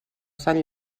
sant